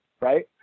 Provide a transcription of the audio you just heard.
right